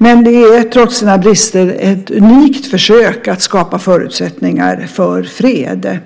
Det är, trots brister, ett unikt försök att skapa förutsättningar för fred.